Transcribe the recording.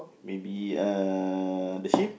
maybe uh the sheep